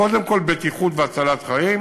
קודם כול בטיחות והצלת חיים